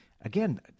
again